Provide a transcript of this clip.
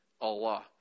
Allah